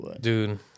dude